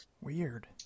weird